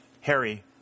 Harry